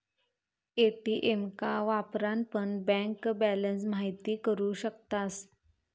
ATM का वापरान पण बँक बॅलंस महिती करू शकतास